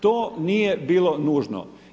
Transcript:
To nije bilo nužno.